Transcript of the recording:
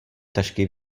tašky